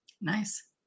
nice